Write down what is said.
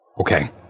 Okay